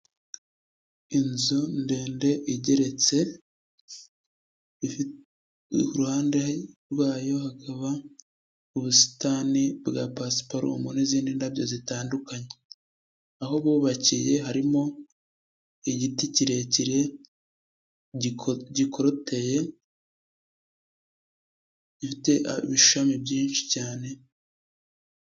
Inzu ndende igeretse iruhande rwayo hakaba ubusitani bwa pasiparumu n'izindi ndabyo zitandukanye, aho bubakiye harimo igiti kirekire gikoruteye gifite ibishami byinshi cyane.